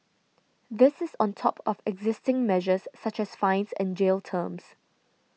this is on top of existing measures such as fines and jail terms